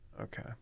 okay